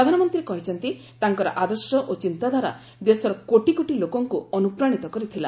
ପ୍ରଧାନମନ୍ତ୍ରୀ କହିଛନ୍ତି ତାଙ୍କର ଆଦର୍ଶ ଓ ଚିନ୍ତାଧାରା ଦେଶର କୋଟିକୋଟି ଲୋକଙ୍କୁ ଅନୁପ୍ରାଣିତ କରିଥିଲା